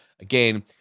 Again